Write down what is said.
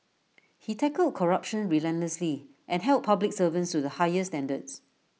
he tackled corruption relentlessly and held public servants to the highest standards